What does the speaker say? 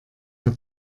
der